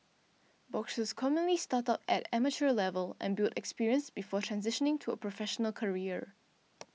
boxers commonly start out at amateur level and build experience before transitioning to a professional career